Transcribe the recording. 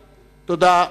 תודה.